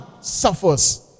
suffers